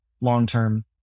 long-term